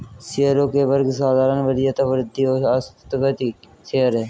शेयरों के वर्ग साधारण, वरीयता, वृद्धि और आस्थगित शेयर हैं